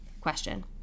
question